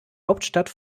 hauptstadt